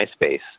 MySpace